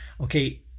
Okay